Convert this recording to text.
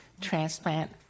transplant